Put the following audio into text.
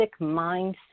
mindset